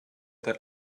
that